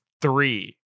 three